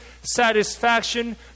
satisfaction